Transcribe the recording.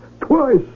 twice